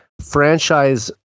franchise